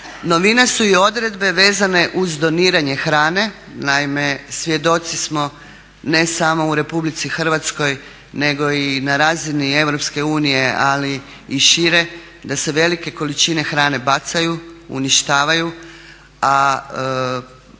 Novina su i odredbe vezane uz doniranje hrane. Naime, svjedoci smo ne samo u Republici Hrvatskoj, nego i na razini EU, ali i šire, da se velike količine hrane bacaju, uništavaju, a